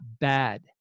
bad